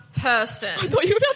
person